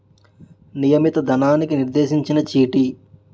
నియమిత ధనానికి నిర్దేశించిన చీటీ